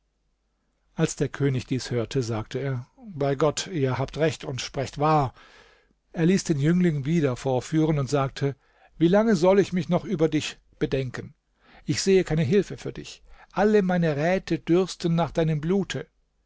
als der könig dies hörte sagte er bei gott ihr habt recht und sprecht wahr er ließ den jüngling wieder vorführen und sagte wie lange soll ich mich noch über dich bedenken ich sehe keine hilfe für dich alle meine räte dürsten nach deinem blute